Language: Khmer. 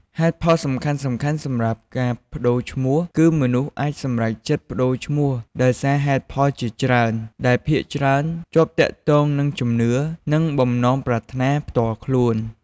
ហេតុផលសំខាន់ៗសម្រាប់ការប្ដូរឈ្មោះ គឺមនុស្សអាចសម្រេចចិត្តប្ដូរឈ្មោះដោយសារហេតុផលជាច្រើន ដែលភាគច្រើនជាប់ទាក់ទងនឹងជំនឿ និងបំណងប្រាថ្នាផ្ទាល់ខ្លួន។